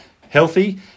healthy